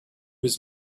his